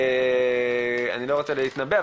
אני לא רוצה להתנבא,